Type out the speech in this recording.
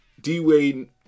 D-Wade